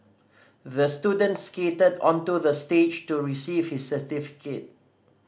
the student skated onto the stage to receive his certificate